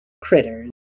critters